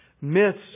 myths